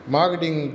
Marketing